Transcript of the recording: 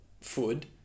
food